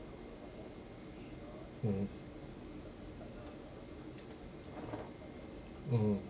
mm mm